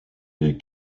des